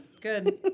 Good